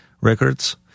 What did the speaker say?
records